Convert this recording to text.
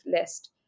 list